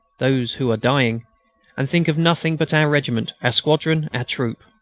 those who are dying and think of nothing but our regiment, our squadron, our troop.